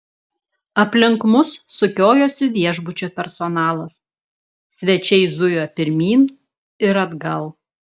aplink mus sukiojosi viešbučio personalas svečiai zujo pirmyn ir atgal